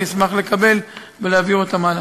אני אשמח לקבל ולהעביר אותן הלאה.